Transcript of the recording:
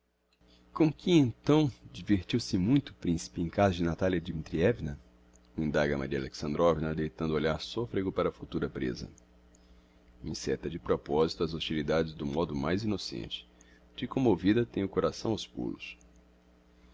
com que então divertiu-se muito principe em casa da natalia dmitrievna indaga maria alexandrovna deitando olhar soffrego para a futura prêsa enceta de proposito as hostilidades do modo mais innocente de commovida tem o coração aos pulos